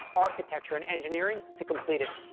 architecture, and engineering to complete it.